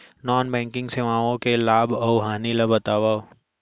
non banking सेवाओं के लाभ अऊ हानि ला बतावव